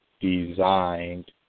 designed